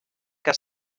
que